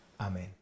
Amen